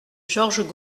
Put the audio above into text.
georges